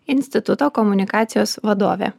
instituto komunikacijos vadovė